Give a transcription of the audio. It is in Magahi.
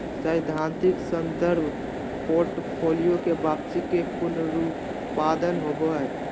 सैद्धांतिक संदर्भ पोर्टफोलि के वापसी के पुनरुत्पादन होबो हइ